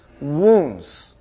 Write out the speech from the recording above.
wounds